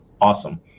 awesome